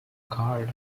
card